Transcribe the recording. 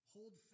Hold